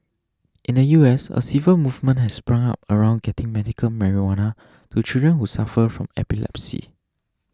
in the U S a civil movement has sprung up around getting medical marijuana to children who suffer from epilepsy